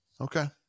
Okay